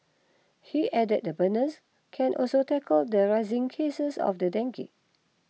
he added the burners can also tackle the rising cases of the dengue